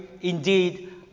indeed